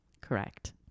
correct